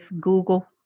Google